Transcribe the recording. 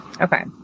Okay